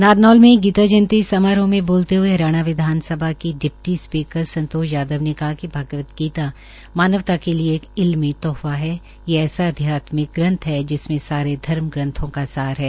नारनौल में गीता जयंती समारोह में बोलते हए हरियाणा विधानसभा की डिप्टी स्पीकर संतोश यादव ने कहा कि भगवत गीता मानवता के लिए एक इल्मी तोहफा है ये ऐसा अघ्यात्मिक ग्रंथ है जिसमें सारे धर्म ग्रंथ का सार है